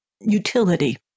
utility